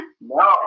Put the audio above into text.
No